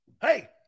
Hey